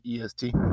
EST